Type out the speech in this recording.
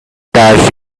does